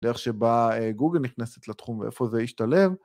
דרך שבה גוגל נכנסת לתחום ואיפה זה ישתלב.